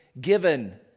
given